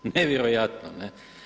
Nevjerojatno, ne.